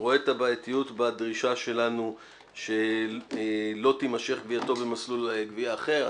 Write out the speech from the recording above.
רואה את הבעייתיות בדרישה שלנו שלא תימשך גבייתו במסלול גבייה אחר.